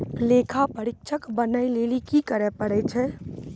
लेखा परीक्षक बनै लेली कि करै पड़ै छै?